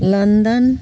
London